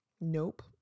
Nope